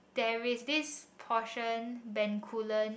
there is this portion Bencoolen